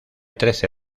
trece